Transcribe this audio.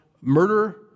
murder